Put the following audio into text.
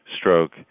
stroke